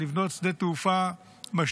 לבנות שדה תעופה חדש,